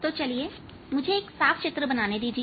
तो चलिए मुझे एक साफ चित्र बनाने दीजिए